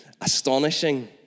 astonishing